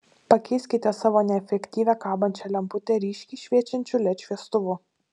pakeiskite savo neefektyvią kabančią lemputę ryškiai šviečiančiu led šviestuvu